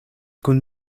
kun